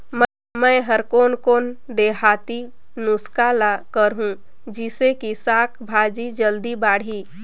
मै हर कोन कोन देहाती नुस्खा ल करहूं? जिसे कि साक भाजी जल्दी बाड़ही?